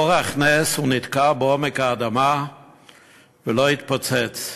באורח נס הוא נתקע בעומק האדמה ולא התפוצץ.